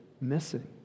missing